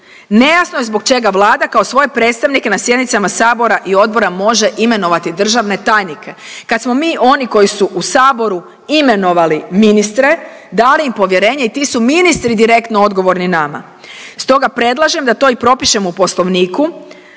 nejasno je zbog čega Vlada kao svoje predstavnike na sjednicama Sabora i odbora može imenovati državne tajnike, kad smo mi oni koji su u Saboru imenovali ministre, dali im povjerenje i ti su ministri direktno odgovorni nama. Stoga predlažem da to i propišemo u Poslovniku,